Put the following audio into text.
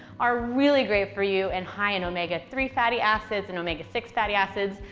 are really great for you and high in omega three fatty acids and omega six fatty acids.